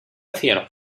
cielo